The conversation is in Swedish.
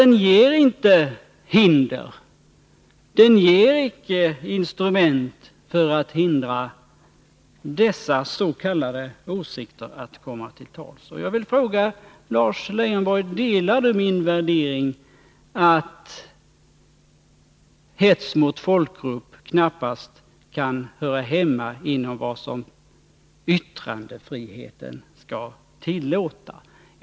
Den ger nämligen icke instrument för att hindra dessa s.k. åsikter att komma till tals. Delar Lars Lejonborg min värdering att hets mot folkgrupp knappast kan höra hemma inom vad yttrandefriheten skall tillåta?